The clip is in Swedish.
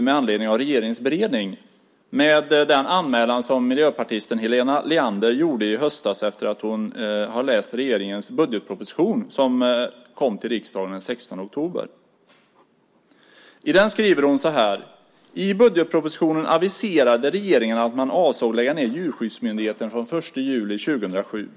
med anledning av regeringens beredning med den anmälan som miljöpartisten Helena Leander gjorde i höstas efter att hon hade läst regeringens budgetproposition som kom till riksdagen den 16 oktober. I den skriver hon så här: I budgetpropositionen aviserade regeringen att man avsåg lägga ned Djurskyddsmyndigheten den 1 juli 2007.